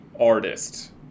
artist